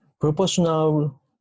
proportional